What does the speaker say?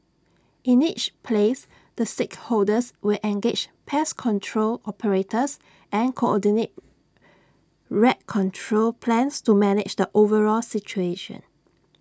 in each place the stakeholders will engage pest control operators and coordinate rat control plans to manage the overall situation